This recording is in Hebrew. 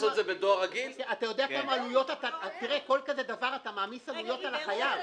כל דבר כזה אתה מעמיס עלויות על החייב.